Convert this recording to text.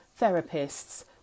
therapists